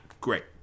Great